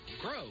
grow